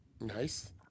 Nice